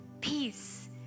peace